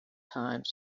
time